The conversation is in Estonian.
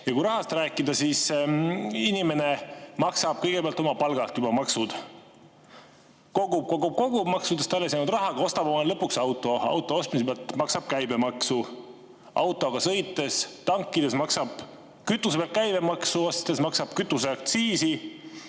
Kui rahast rääkida, siis inimene maksab kõigepealt oma palgalt maksud. Kogub, kogub, kogub ja maksudest alles jäänud rahaga ostab omale lõpuks auto. Auto ostmise pealt maksab käibemaksu. Autoga sõites ja tankides maksab kütuse pealt käibemaksu, maksab kütuseaktsiisi,